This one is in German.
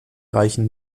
reichen